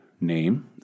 name